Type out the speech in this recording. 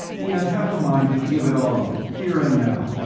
he had half a mind to give it all up, here and now,